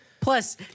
Plus